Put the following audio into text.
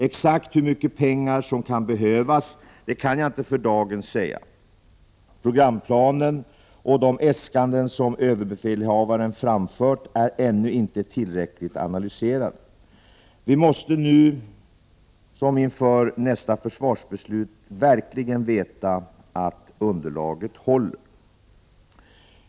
Exakt hur mycket pengar som kan behövas kan jag inte för dagen säga. Programplanen och de äskanden som överbefälhavaren framfört är ännu inte tillräckligt analyserade. Vi måste nu inför nästa försvarsbeslut verkligen veta att underlaget håller.